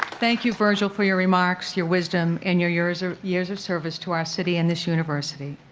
thank you virgil for your remarks, your wisdom, and your years your years of service to our city and this university.